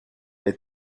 les